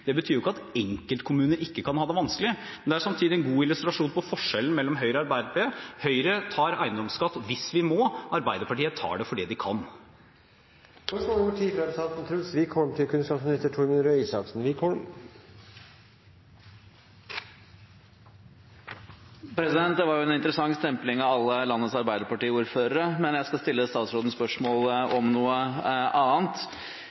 Det betyr jo ikke at enkeltkommuner ikke kan ha det vanskelig, men det er samtidig en god illustrasjon på forskjellen mellom Høyre og Arbeiderpartiet. Høyre tar eiendomsskatt hvis vi må, Arbeiderpartiet tar det fordi de kan. Det var en interessant stempling av alle landets Arbeiderparti-ordførere. Men jeg skal stille statsråden spørsmål om noe annet: